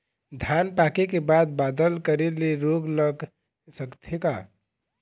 धान पाके के बाद बादल करे ले रोग लग सकथे का?